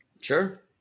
Sure